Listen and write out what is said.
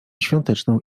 świąteczną